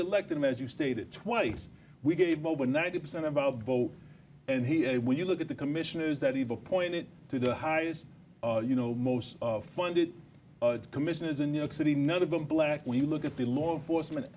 elected him as you stated twice we gave over ninety percent of our vote and he when you look at the commissioners that evil pointed to the highest you know most of funded commission is in new york city none of them black when you look at the law enforcement